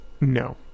No